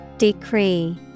Decree